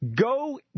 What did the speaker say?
Go